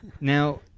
Now